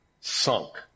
sunk